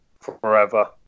forever